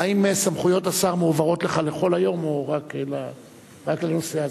האם סמכויות השר מועברות לך לכל היום או רק לנושא הזה?